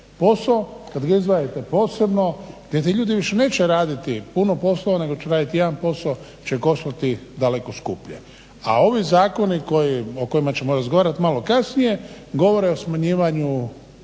poslova kad ga izdvojite posebno gdje ti ljudi više neće raditi puno poslova nego će raditi jedan posao će koštati daleko skuplje. A ovi zakoni o kojima ćemo razgovarati malo kasnije govore o smanjivanju